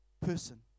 person